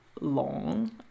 long